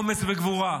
אומץ וגבורה,